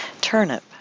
Turnip